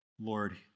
Lord